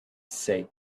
said